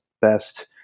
best